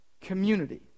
community